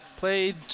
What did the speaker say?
Played